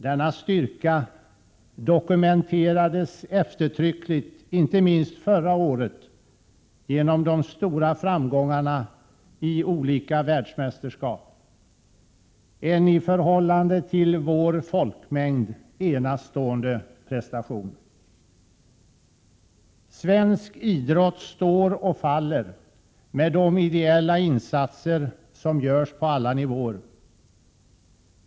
Denna styrka dokumenterades eftertryckligt inte minst förra året genom de stora framgångarna i olika världsmästerskap, en i förhållande till vår folkmängd enastående prestation. Svensk idrott står och faller med de ideella insatser som görs på alla nivåer.